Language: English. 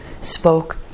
spoke